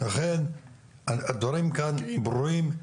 לכן הדברים כאן ברורים.